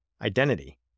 identity